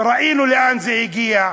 וראינו לאן זה הגיע.